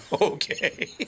Okay